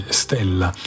stella